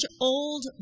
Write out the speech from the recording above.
old